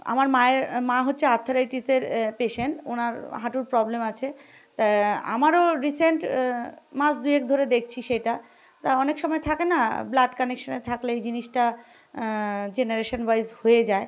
আমার মায়ের মা হচ্ছে আর্থারাইটিসের পেশেন্ট ওনার হাটুর প্রবলেম আছে তা আমারও রিসেন্ট মাস দুয়েক ধরে দেখছি সেটা তা অনেক সময় থাকে না ব্লাড কানেকশানে থাকলে এই জিনিসটা জেনারেশান ওয়াইজ হয়ে যায়